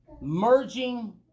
merging